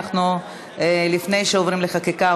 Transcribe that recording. לפני שעוברים לחקיקה,